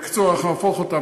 בקיצור, אנחנו נהפוך אותם.